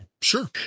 sure